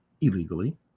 illegally